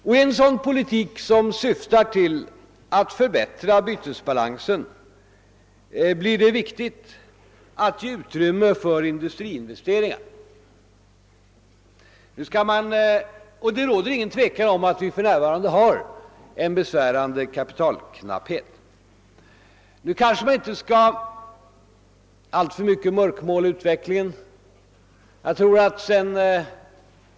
I en politik som syftar till att förbättra bytesbalansen är det viktigt att ge utrymme för industriinvesteringar. Det råder ingen tvekan om att vi för närvarande har en besvärande kapitalknapphet. Nu skall man inte mörkmåla utvecklingen alltför mycket.